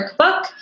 workbook